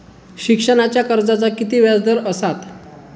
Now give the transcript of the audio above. शिक्षणाच्या कर्जाचा किती व्याजदर असात?